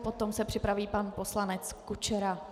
Potom se připraví pan poslanec Kučera.